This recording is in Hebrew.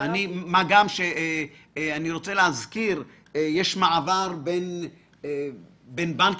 אני רוצה להזכיר שיש מעבר בין בנקים,